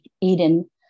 Eden